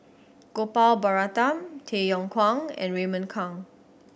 Gopal Baratham Tay Yong Kwang and Raymond Kang